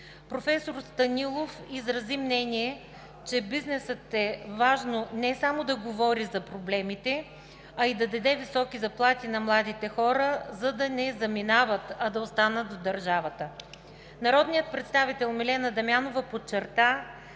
Професор Станилов изрази мнение, че бизнесът е важно не само да говори за проблемите, а и да даде високи заплати на младите хора, за да не заминават, а да останат в държавата. Народният представител Милена Дамянова подчерта,